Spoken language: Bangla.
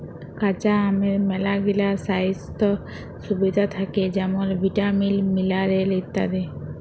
কাঁচা আমের ম্যালাগিলা স্বাইস্থ্য সুবিধা থ্যাকে যেমল ভিটামিল, মিলারেল ইত্যাদি